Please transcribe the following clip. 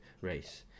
race